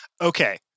Okay